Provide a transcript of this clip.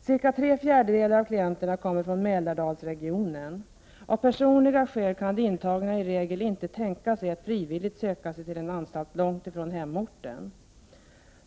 Cirka tre fjärdedelar av klienterna kommer från Mälardalsregionen. Av personliga skäl kan de intagna i regel inte tänka sig att frivilligt söka sig till en anstalt långt från hemorten.